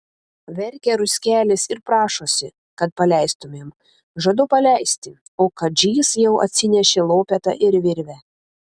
verkia ruskelis ir prašosi kad paleistumėm žadu paleisti o kadžys jau atsinešė lopetą ir virvę